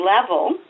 level